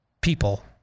people